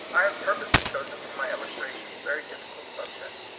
i have purposely chosen for my illustra tions very difficult subjects,